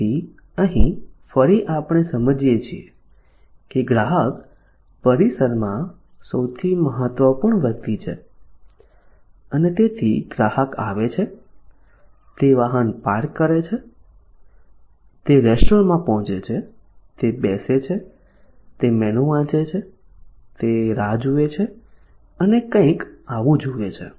તેથી અહીં ફરી આપણે સમજીએ છીએ કે ગ્રાહક પરિસરમાં સૌથી મહત્વપૂર્ણ વ્યક્તિ છે અને તેથી ગ્રાહક આવે છે તે વાહન પાર્ક કરે છે તે રેસ્ટોરન્ટમાં પહોંચે છે તે બેસે છે તે મેનુ વાંચે છે તે રાહ જુએ છે અને કંઈક આવું જુએ છે